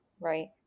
Right